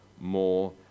more